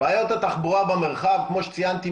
בעיות התחבורה במרחב - כמו שציינתי,